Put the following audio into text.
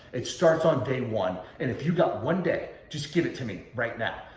it starts on day one. and if you've got one day, just give it to me right now.